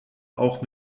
auch